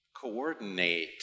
coordinate